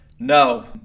No